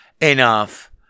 enough